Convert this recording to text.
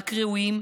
רק ראויים,